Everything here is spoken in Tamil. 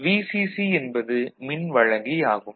VCC என்பது மின் வழங்கி ஆகும்